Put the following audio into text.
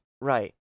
right